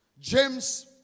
James